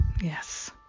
Yes